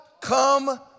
come